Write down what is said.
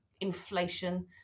inflation